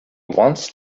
wants